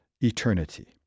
eternity